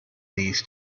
these